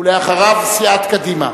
אחריו, סיעת קדימה.